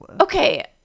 okay